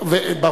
זה יהיה פלילי.